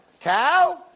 cow